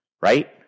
right